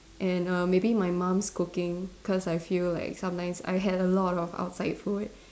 and err maybe my mum's cooking cause I feel like sometimes I had a lot of outside food